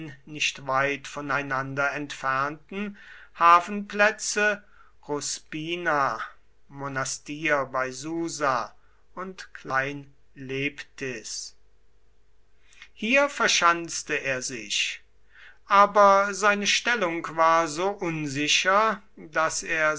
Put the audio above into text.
nicht weit voneinander entfernten hafenplätze ruspina monastir bei susa und klein leptis hier verschanzte er sich aber seine stellung war so unsicher daß er